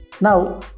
Now